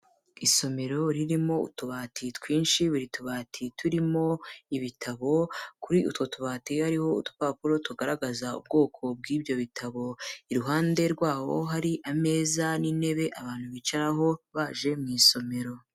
Isomero ririmo utubati twinshi, buri tubati turimo ibitabo, kuri utwo tubati hariho udupapuro tugaragaza ubwoko bw'ibyo bitabo, iruhande rwaho hari ameza n'intebe abantu bicaraho baje mu isomero.